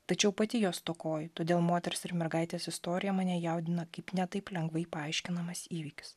tačiau pati jo stokoju todėl moters ir mergaitės istorija mane jaudina kaip ne taip lengvai paaiškinamas įvykis